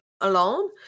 alone